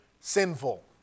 sinful